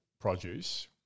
produce